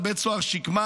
לבית סוהר שקמה,